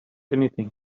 anything